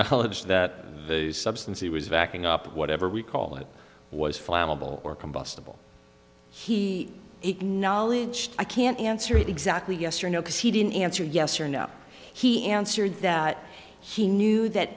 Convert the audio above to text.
knowledge that the substance he was backing up whatever we call it was flammable or combustible he acknowledged i can't answer it exactly yes or no because he didn't answer yes or no he answered that he knew that